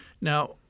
Now